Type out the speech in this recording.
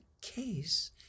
case